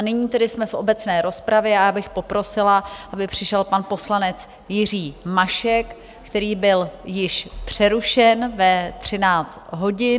Nyní jsme v obecné rozpravě a já bych poprosila, aby přišel pan poslanec Jiří Mašek, který byl již přerušen ve 13 hodin.